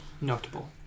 notable